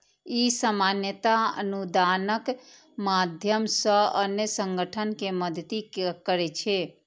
ई सामान्यतः अनुदानक माध्यम सं अन्य संगठन कें मदति करै छै